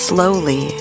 Slowly